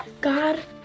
God